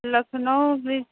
Lucknow bridge